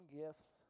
gifts